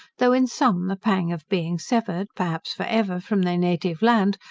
though in some, the pang of being severed, perhaps for ever, from their native land,